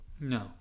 No